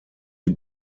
die